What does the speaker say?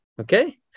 okay